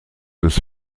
des